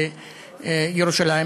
בירושלים,